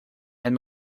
and